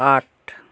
আট